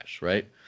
right